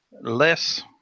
less